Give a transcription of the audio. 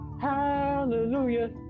Hallelujah